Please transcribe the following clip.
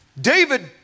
David